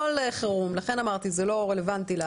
לא לחירום, אמרתי שזה לא רלוונטי.